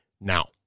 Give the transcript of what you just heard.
now